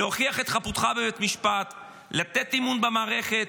להוכיח את חפותך בבית משפט, לתת אמון במערכת,